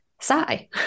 sigh